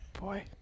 Boy